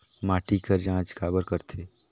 माटी कर जांच काबर करथे?